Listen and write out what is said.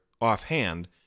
offhand